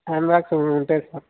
hand bags కూడుంటాయ్ sir